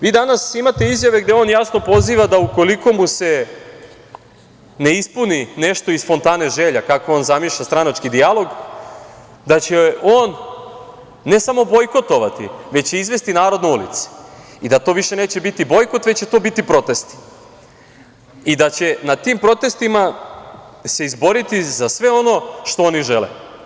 Vi danas imate izjave gde on jasno poziva da će, ukoliko mu se ne ispuni nešto iz fontane želja, kako on zamišlja stranački dijalog, ne samo bojkotovati, već i izvesti narod na ulice i da to više neće biti bojkot, već će to biti protesti i da će na tim protestima se izboriti za sve ono što oni žele.